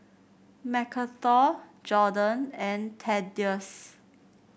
Macarthur Jordon and Thaddeus